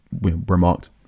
remarked